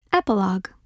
Epilogue